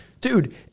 dude